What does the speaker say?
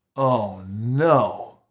oh no!